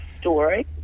story